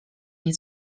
nie